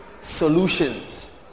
solutions